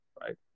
right